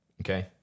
Okay